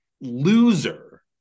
loser